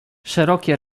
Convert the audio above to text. szerokie